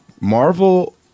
Marvel